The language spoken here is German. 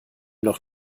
noch